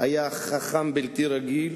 הוא היה חכם בלתי רגיל.